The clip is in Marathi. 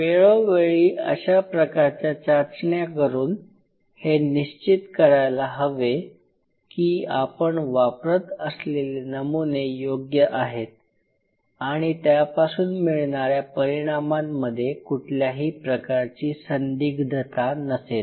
वेळोवेळी अशा प्रकारच्या चाचण्या करून हे निश्चित करायला हवे की आपण वापरत असलेले नमुने योग्य आहेत आणि त्यापासून मिळणाऱ्या परिणामांमध्ये कुठल्याही प्रकारची संदिग्धता नसेल